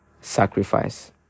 sacrifice